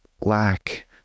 black